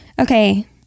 Okay